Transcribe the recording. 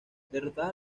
derrotadas